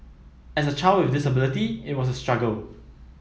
as a child with disability it was a struggle